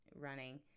running